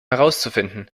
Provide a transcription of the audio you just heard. herauszufinden